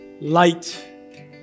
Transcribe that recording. light